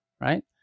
right